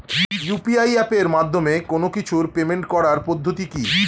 UPI এপের মাধ্যমে কোন কিছুর পেমেন্ট করার পদ্ধতি কি?